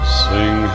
sing